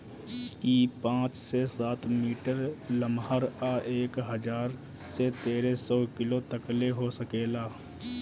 इ पाँच से सात मीटर लमहर आ एक हजार से तेरे सौ किलो तकले हो सकेला